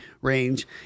range